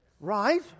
right